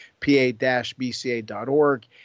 PA-BCA.org